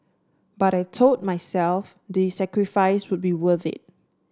but I told myself the sacrifices would be worth it